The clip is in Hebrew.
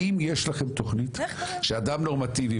האם יש לכם תוכנית שאדם נורמטיבי,